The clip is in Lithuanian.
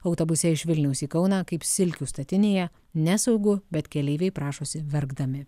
autobuse iš vilniaus į kauną kaip silkių statinėje nesaugu bet keleiviai prašosi verkdami